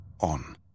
on